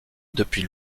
depuis